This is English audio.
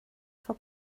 for